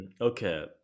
Okay